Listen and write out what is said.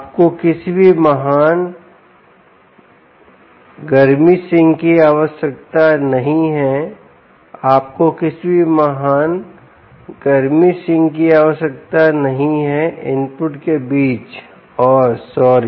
आपको किसी भी महान गर्मी सिंक की आवश्यकता नहीं है आपको किसी भी महान गर्मी सिंक की आवश्यकता नहीं है इनपुट के बीच और सॉरी